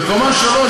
בקומה 3,